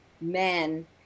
men